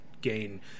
gain